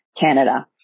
Canada